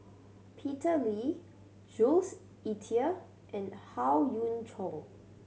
Peter Lee Jules Itier and Howe Yoon Chong